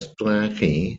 sprache